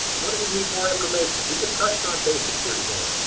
what if you need more information? we just touched on basics here today,